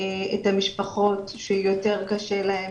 את המשפחות שיותר קשה להן,